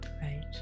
Right